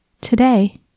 today